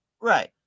right